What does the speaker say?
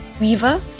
Weaver